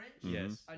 Yes